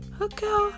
Okay